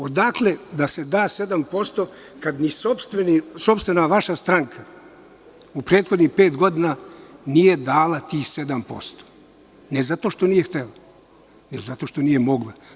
Odakle da se da 7% kad ni sopstvena vaša stranka u prethodnih pet godina nije dala tih 7%, ne zato što nije htela, jer je to zato što nije mogla.